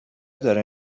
داره